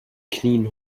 knien